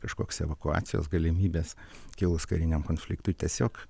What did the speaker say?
kažkoks evakuacijos galimybės kilus kariniam konfliktui tiesiog